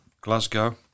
Glasgow